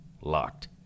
Locked